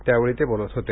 त्यावेळी ते बोलत होते